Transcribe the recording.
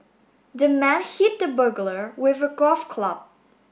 the man hit the burglar with a golf club